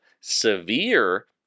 severe